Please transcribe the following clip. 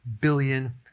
billion